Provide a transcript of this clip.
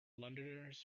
londoners